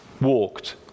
walked